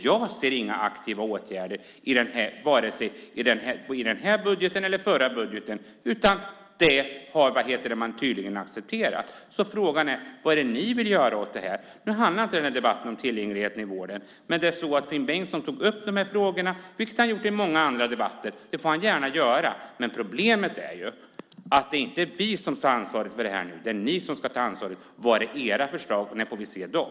Jag ser inga aktiva åtgärder vare sig i den här budgeten eller i den förra budgeten. Man har tydligen accepterat det. Frågan är vad ni vill göra åt detta. Den här debatten handlar inte om tillgängligheten i vården, men Finn Bengtsson tog upp dessa frågor. Det har han gjort i många andra debatter. Det får han gärna göra, men problemet är att det inte är vi som ska ta ansvaret för detta. Det är ni som ska ta ansvaret. Var är era förslag? När får vi se dem?